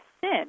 sin